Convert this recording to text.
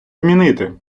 змінити